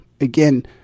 again